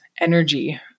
energy